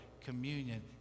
communion